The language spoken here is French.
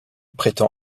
prétend